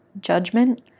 judgment